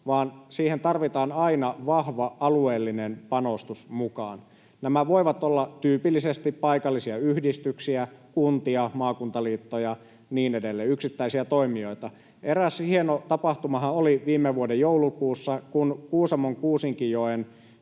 vaan siihen tarvitaan aina vahva alueellinen panostus mukaan. Nämä voivat olla tyypillisesti paikallisia yhdistyksiä, kuntia, maakuntaliittoja ja niin edelleen, yksittäisiä toimijoita. Eräs hieno tapahtumahan oli viime vuoden joulukuussa, kun Kuusamon Kuusinkijoen